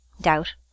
doubt